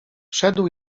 wszedł